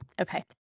Okay